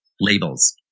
labels